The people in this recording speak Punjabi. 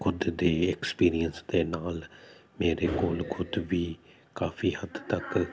ਖੁਦ ਦੇ ਐਕਸਪੀਰੀਅਸ ਦੇ ਨਾਲ ਮੇਰੇ ਕੋਲ ਖੁਦ ਵੀ ਕਾਫੀ ਹੱਦ ਤੱਕ